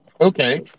Okay